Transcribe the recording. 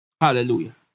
Hallelujah